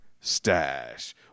stash